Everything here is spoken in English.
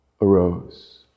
arose